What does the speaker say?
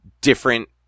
different